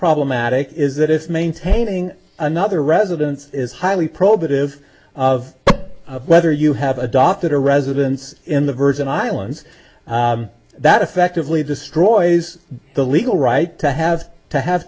problematic is that it's maintaining another residence is highly probative of whether you have adopted a residence in the virgin islands that effectively destroys the legal right to have to have